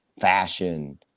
fashion